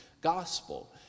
gospel